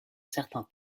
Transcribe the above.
certain